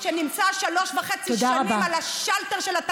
אם חשבתם שהרחקתם אותי מהכנסת,